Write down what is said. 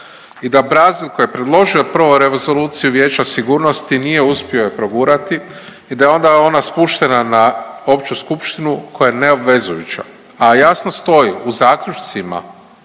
I da Brazil koji je predložio prvo rezoluciju Vijeća sigurnosti nije uspio je progurati i da je onda ona spuštena na Opću skupštinu koja je neobvezujuća, a jasno stoji u zaključcima